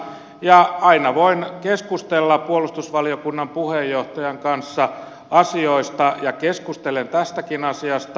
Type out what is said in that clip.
ja aina voin keskustella puolustusvaliokunnan puheenjohtajan kanssa asioista ja keskustelen tästäkin asiasta